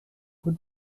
would